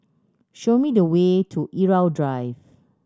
show me the way to Irau Drive